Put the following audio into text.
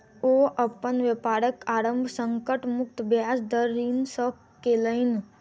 ओ अपन व्यापारक आरम्भ संकट मुक्त ब्याज दर ऋण सॅ केलैन